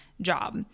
job